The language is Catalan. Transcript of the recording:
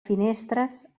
finestres